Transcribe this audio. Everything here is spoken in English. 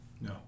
No